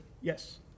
Yes